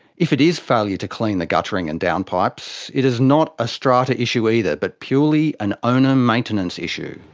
if it is failure to clean the guttering and downpipes, it is not a strata issue either, but purely an owner maintenance issue.